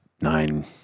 nine